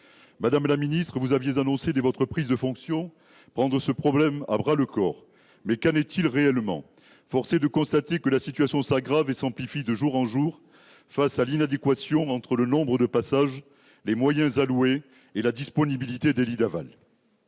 de santé ». Vous aviez annoncé dès votre prise de fonction prendre ce problème à bras-le-corps. Mais qu'en est-il réellement ? Force est de constater que la situation s'aggrave et s'amplifie de jour en jour face à l'inadéquation entre le nombre de passages, les moyens alloués et la disponibilité des lits d'aval.